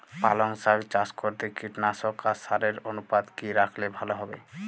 পালং শাক চাষ করতে কীটনাশক আর সারের অনুপাত কি রাখলে ভালো হবে?